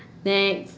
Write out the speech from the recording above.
next